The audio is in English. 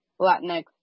latinx